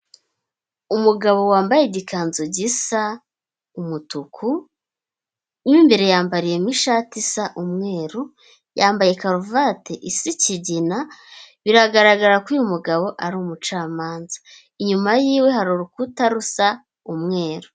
Umugabo wambaye igikanzu gisa umutuku, mo imbere yambariye mo ishati isa umweru, yambaye karuvati isa ikigina, biragaragara ko uyu mugabo ari umucamanza. Inyuma yiwe hari urukuta rusa umweru.